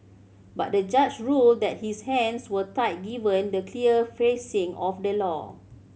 but the judge ruled that his hands were tied given the clear phrasing of the law